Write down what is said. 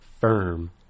firm